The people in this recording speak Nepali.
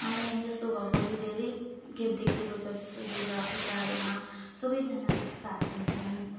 अनि यसतो भएको चाहिँ धैरैखेप देखिएको छ जस्तै दुर्गा पूजाहरूमा सबैजना एकसाथ हुन्छन्